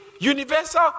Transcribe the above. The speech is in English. universal